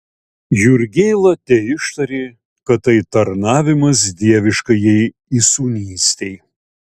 jurgėla teištarė kad tai tarnavimas dieviškajai įsūnystei